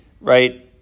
right